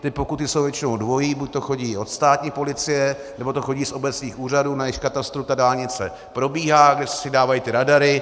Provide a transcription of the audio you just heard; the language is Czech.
Ty pokuty jsou většinou dvojí, buď to chodí od státní policie, nebo to chodí z obecních úřadů, na jejichž katastru ta dálnice probíhá, kde si dávají ty radary.